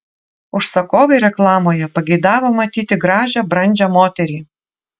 užsakovai reklamoje pageidavo matyti gražią brandžią moterį